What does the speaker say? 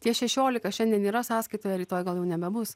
tie šešiolika šiandien yra sąskaitoje rytoj gal jau nebebus